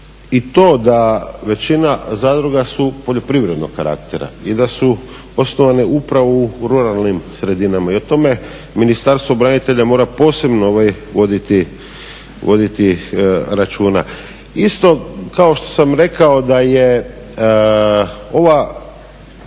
i to da većina zadruga su poljoprivrednog karaktera i da su osnovane upravo u ruralnim sredinama i o tome Ministarstva mora posebno voditi računa. Isto kao što sam rekao da je ovaj